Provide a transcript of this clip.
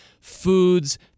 foods